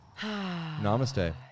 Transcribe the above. Namaste